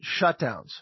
shutdowns